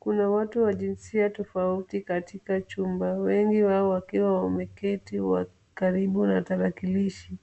Kuna watu wa jinsia tofauti katika chumba. Wengi wao wakiwa wameketi karibu na tarakilishi.